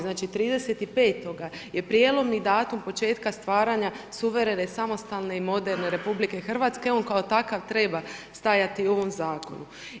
Znači 30.5. je prijelomni datum početka stvaranja suvremene, samostalne i moderne RH, on kao takav treba stajati u ovom zakonu.